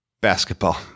basketball